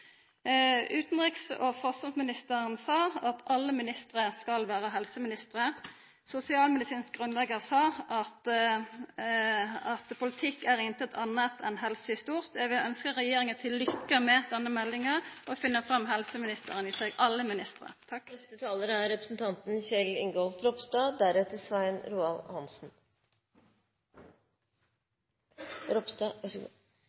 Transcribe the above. sa at alle ministrar skal vera helseministrar. Ein sosialmedisinsk grunnleggjar sa at politikk er «intet annet enn medisin i stort». Eg vil ønskja regjeringa til lykke med denne meldinga, og finna fram helseministeren i alle ministrar.